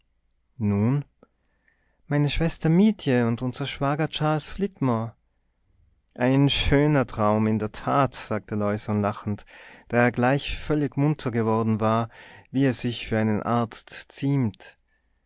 nun meine schwester mietje und unser schwager charles flitmore ein schöner traum in der tat sagte leusohn lachend da er gleich völlig munter geworden war wie es sich für einen arzt ziemt